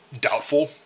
doubtful